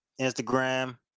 Instagram